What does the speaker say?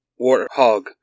Warthog